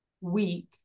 week